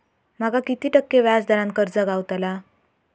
माका किती टक्के व्याज दरान कर्ज गावतला?